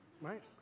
right